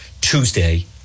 Tuesday